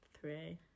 three